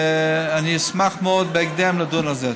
אני אשמח מאוד לדון על זה בהקדם.